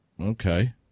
okay